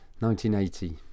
1980